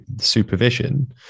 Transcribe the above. supervision